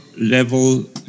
level